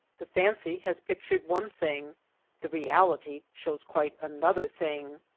the fancy has pictured one thing the reality shows quite another thing.